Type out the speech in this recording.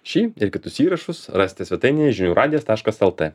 šį ir kitus įrašus rasite svetainėje žinių radijo taškas el t